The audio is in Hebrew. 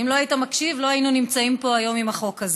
אם לא היית מקשיב לא היינו נמצאים פה היום עם החוק הזה.